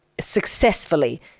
successfully